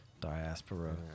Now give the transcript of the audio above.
diaspora